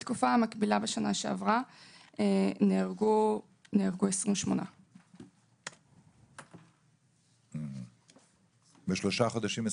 בתקופה המקבילה בשנה שעברה נהרגו 28. 28 בשלושה חודשים?